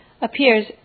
appears